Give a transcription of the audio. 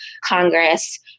Congress